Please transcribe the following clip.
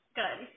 good